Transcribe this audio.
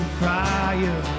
fire